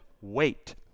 wait